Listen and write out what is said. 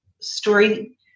story